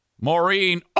Maureen